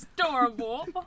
adorable